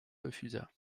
refusa